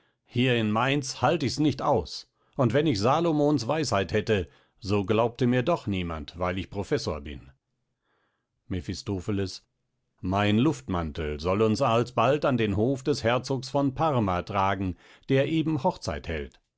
hier in mainz halt ichs nicht aus und wenn ich salomons weisheit hätte so glaubte mir doch niemand weil ich professor bin mephistopheles mein luftmantel soll uns alsbald an den hof des herzogs von parma tragen der eben hochzeit hält